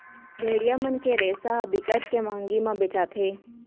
भेड़िया मन के रेसा ह बिकट के मंहगी म बेचाथे